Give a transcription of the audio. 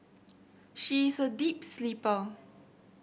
she is a deep sleeper